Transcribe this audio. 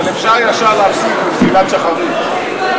אבל אפשר ישר להמשיך לתפילת שחרית.